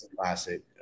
classic